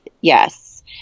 Yes